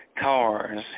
cars